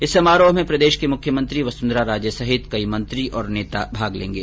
इस समारोह में प्रदेश की मुख्यमंत्री वसुंधरा राजे सहित कई मंत्री और नेता भाग लेंगे